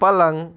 पलंग